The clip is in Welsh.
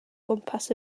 gwmpas